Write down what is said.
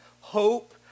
hope